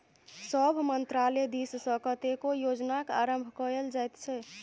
सभ मन्त्रालय दिससँ कतेको योजनाक आरम्भ कएल जाइत छै